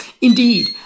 Indeed